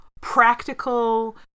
practical